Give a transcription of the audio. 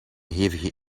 hevige